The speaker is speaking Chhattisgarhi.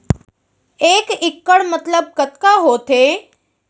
एक इक्कड़ मतलब कतका होथे?